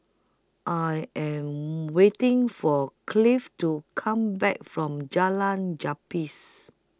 I Am waiting For Clive to Come Back from Jalan Gapis